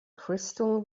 crystal